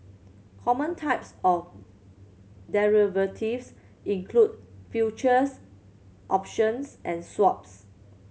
common types of derivatives include futures options and swaps